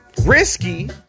risky